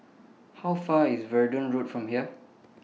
How Far IS Verdun Road from here